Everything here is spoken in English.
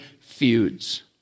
feuds